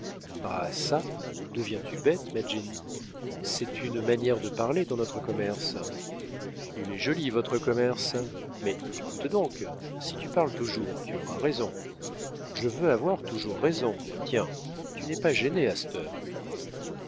ah ça deviens-tu bête ma jenny c'est une manière de parler dans notre commerce il est joli votre commerce mais écoute donc si tu parles toujours tu auras raison je veux avoir toujours raison tiens tu n'es pas gêné à ct heure